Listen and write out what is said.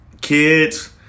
kids